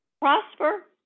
prosper